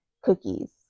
cookies